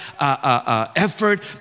effort